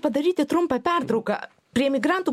padaryti trumpą pertrauką prie migrantų